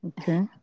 okay